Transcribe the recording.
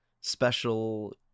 special